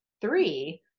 three